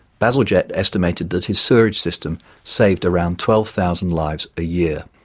bazalgette estimated that his sewerage system saved around twelve thousand lives a year.